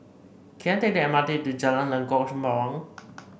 can I take the M R T to Jalan Lengkok Sembawang